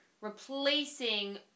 replacing